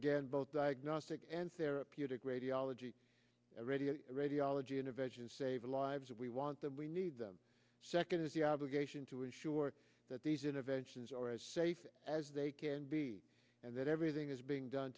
again both diagnostic and therapeutic radiology radio radiology interventions save lives if we want them we need them second is the obligation to ensure that these interventions are as safe as they can be and that everything is being done